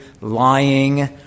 lying